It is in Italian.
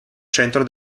centro